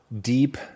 deep